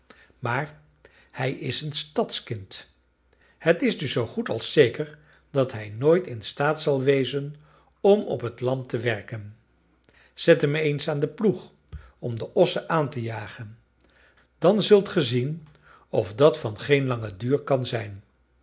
maar hij is een stadskind het is dus zoo goed als zeker dat hij nooit in staat zal wezen om op het land te werken zet hem eens aan den ploeg om de ossen aan te jagen dan zult ge zien of dat van geen langen duur kan zijn